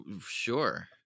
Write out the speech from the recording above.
sure